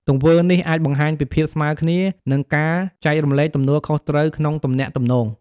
ទង្វើនេះអាចបង្ហាញពីភាពស្មើគ្នា និងការចែករំលែកទំនួលខុសត្រូវក្នុងទំនាក់ទំនង។